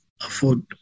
afford